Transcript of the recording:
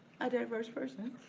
a diverse person,